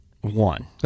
one